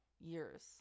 years